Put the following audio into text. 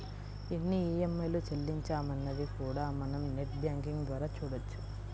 ఎన్ని ఈఎంఐలు చెల్లించామన్నది కూడా మనం నెట్ బ్యేంకింగ్ ద్వారా చూడొచ్చు